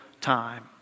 time